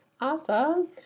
awesome